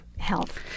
health